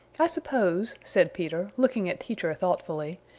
i suppose, said peter, looking at teacher thoughtfully,